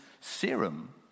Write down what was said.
serum